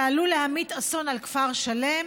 שעלול להמיט אסון על כפר שלם.